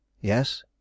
Yes